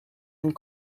and